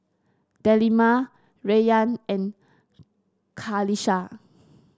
Delima Rayyan and Qalisha